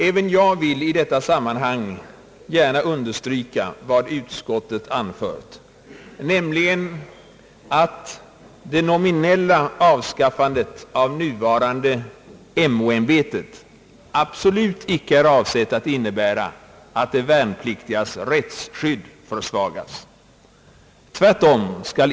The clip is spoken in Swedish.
Även jag vill i detta sammanhang gärna understryka vad utskottet anfört, nämligen att det nominella avskaffandet av nuvarande MO-ämbetet absolut icke är avsett att innebära att de värnpliktigas rättsskydd försvagas.